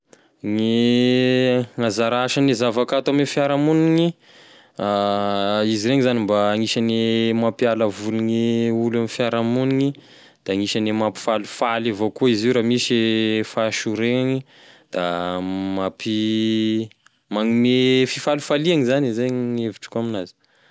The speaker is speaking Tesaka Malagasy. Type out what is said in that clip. Gne gn'anzara asane zavakanto ame fiarahamogniny, izy regny zany mba anisagne mampiala voly gne olo eo amin'ny fiarahamogniny, da anisane mampifalifaly avao koa izy io raha misy fahasoregnany da mampi- magnome fifalifaliagny zany e zay gn'evitriko aminazy.